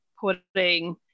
putting